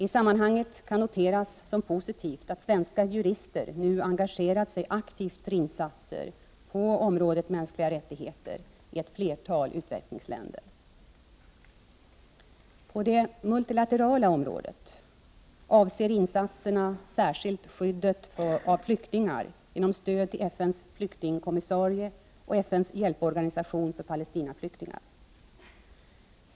I sammanhanget kan noteras som positivt att svenska jurister nu engagerat sig aktivt för insatser på området mänskliga rättigheter i ett flertal utvecklingsländer. På det multilaterala området avser insatserna särskilt skyddet av flyktingar genom stöd till FN:s flyktingkommissarie och FN:s hjälporganisation för Palestinaflyktingar.